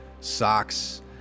socks